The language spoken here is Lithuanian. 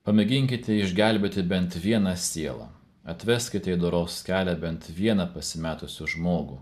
pamėginkite išgelbėti bent vieną sielą atveskite į doros kelią bent vieną pasimetusį žmogų